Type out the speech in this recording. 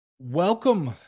Welcome